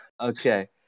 Okay